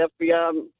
FBI